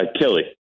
Kelly